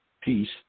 peace